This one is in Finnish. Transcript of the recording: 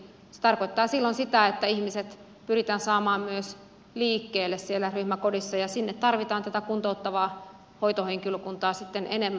se tarkoittaa silloin sitä että ihmiset pyritään saamaan myös liikkeelle siellä ryhmäkodissa ja sinne tarvitaan tätä kuntouttavaa hoitohenkilökuntaa sitten enemmän